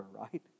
right